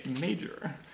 major